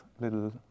little